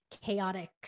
chaotic